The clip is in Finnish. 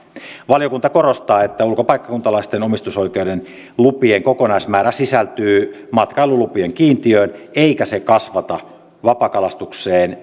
valiokunta korostaa että ulkopaikkakuntalaisten omistusoikeuden lupien kokonaismäärä sisältyy matkailulupien kiintiöön eikä se kasvata vapaakalastukseen